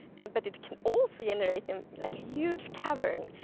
and but it can also generate and like a huge cavern.